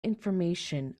information